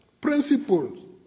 principles